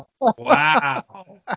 Wow